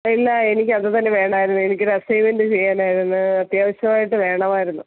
ഇല്ല എനിക്കത് തന്നെ വേണമായിരുന്നേ എനിക്ക് ഒരു അസൈൻമെൻ്റ് ചെയ്യാനായിരുന്നു അത്യാവശ്യമായിട്ട് വേണമായിരുന്നു